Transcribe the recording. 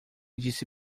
disse